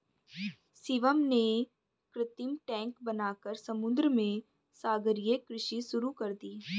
शिवम ने कृत्रिम टैंक बनाकर समुद्र में सागरीय कृषि शुरू कर दी